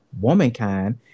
womankind